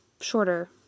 shorter